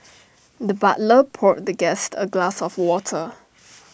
the butler poured the guest A glass of water